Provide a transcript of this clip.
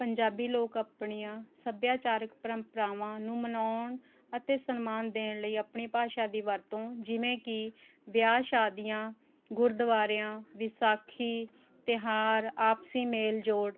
ਪੰਜਾਬੀ ਲੋਕ ਆਪਣੀਆਂ ਸੱਭਿਆਚਾਰਕ ਪਰੰਪਰਾਵਾਂ ਨੂੰ ਮਨਾਉਣ ਅਤੇ ਸਨਮਾਨ ਦੇਣ ਲਈ ਆਪਣੀ ਭਾਸ਼ਾ ਦੀ ਵਰਤੋਂ ਜਿਵੇਂ ਕਿ ਵਿਆਹ ਸ਼ਾਦੀਆਂ ਗੁਰਦੁਆਰਿਆਂ ਵਿਸਾਖੀ ਤਿਉਹਾਰ ਆਪਸੀ ਮੇਲ ਜੋਲ